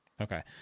Okay